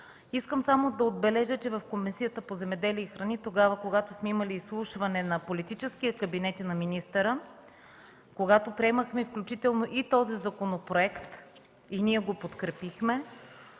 Искам само да отбележа, че в Комисията по земеделието и храните, когато сме имали изслушване на политическия кабинет и на министъра, когато приемахме, включително и този законопроект и го подкрепихме,